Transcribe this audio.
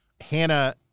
Hannah